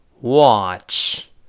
Watch